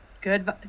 Good